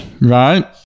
right